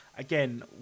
again